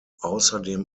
außerdem